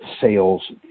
sales